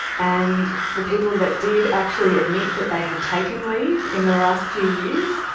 and the people that did actually admit that they had taken leave in the last few years,